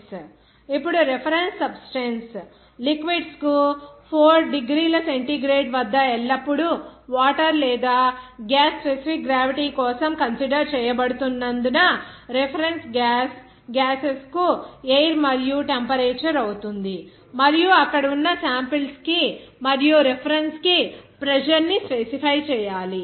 SG |TrefT substance at T reference at T ref ఇప్పుడు reference substance liquids కు 4 డిగ్రీల centigrade వద్ద ఎల్లప్పుడూ వాటర్ లేదా గ్యాస్ స్పెసిఫిక్ గ్రావిటీ కోసం కన్సిడర్ చేయబడుతున్నందున రిఫరెన్స్ గ్యాస్ గ్యాసెస్ కు ఎయిర్ మరియు టెంపరేచర్ అవుతుంది మరియు అక్కడ ఉన్న సాంపిల్స్ కి మరియు రెఫరెన్సెస్ కి ప్రెజర్ ని స్పెసిఫై చేయాలి